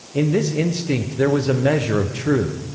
in this instinct there was a measure of truth.